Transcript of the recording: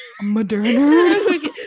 Moderna